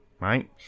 right